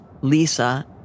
Lisa